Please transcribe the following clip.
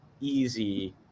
easy